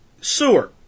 sewer